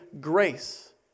grace